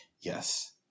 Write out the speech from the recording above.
Yes